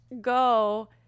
go